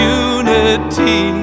unity